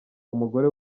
umugore